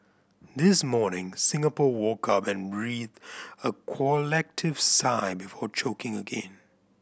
this morning Singapore woke up and breathed a collective sigh before choking again